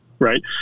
right